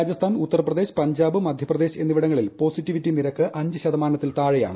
രാജസ്ഥാൻ ഉത്തർപ്രദേശ് പഞ്ചാബ് മധ്യപ്രദേശ് എന്നിവിടങ്ങളിൽ പോസിറ്റിവിറ്റി നിരക്ക് അഞ്ച് ശതമാനത്തിൽ താഴെയാണ്